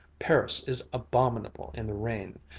paris is abominable in the rain.